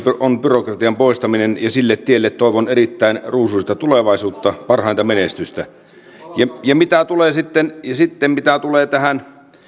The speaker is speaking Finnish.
on byrokratian poistaminen ja sille tielle toivon erittäin ruusuista tulevaisuutta ja parhainta menestystä sitten sitten mitä tulee tähän